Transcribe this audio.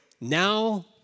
Now